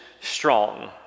strong